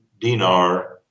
Dinar